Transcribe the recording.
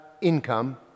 income